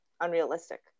unrealistic